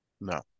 No